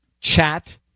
chat